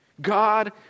God